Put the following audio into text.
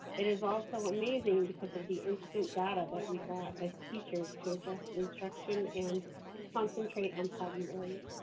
it is also amazing because of the instant battle that we got as teachers to adjust instruction and concentrate on problem early.